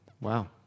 Wow